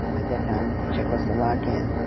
at that time czechoslovakia